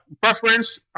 preference